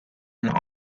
and